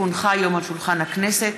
כי הונחה היום על שולחן הכנסת,